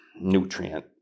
nutrient